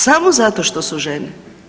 Samo zato što su žene.